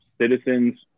citizens